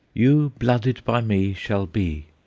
you blooded by me shall be.